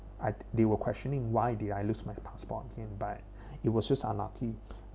they were questioning why did I lose my passport but it was just unlucky